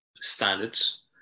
standards